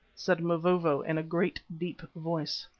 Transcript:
said mavovo in a great, deep voice.